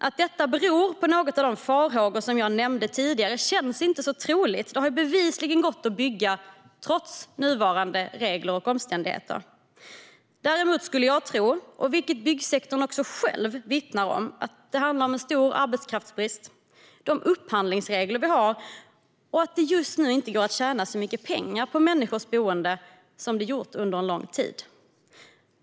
Att detta beror på några av de farhågor som jag nämnde tidigare känns inte så troligt. Det har ju bevisligen gått att bygga trots nuvarande regler och omständigheter. Däremot skulle jag tro, vilket byggsektorn själv vittnar om, att det handlar om en stor arbetskraftsbrist, de upphandlingsregler vi har och att det just nu inte går att tjäna så mycket pengar på människors boende som det gjort under en lång tid.